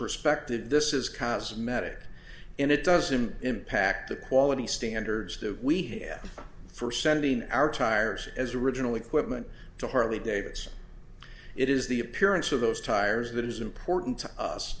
perspective this is cosmetic and it doesn't impact the quality standards that we here for sending our tires as original equipment to harley davidson it is the appearance of those tires that is important to us